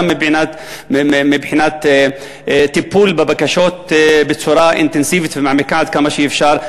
גם מבחינת הטיפול בבקשות בצורה אינטנסיבית ומעמיקה עד כמה שאפשר.